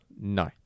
No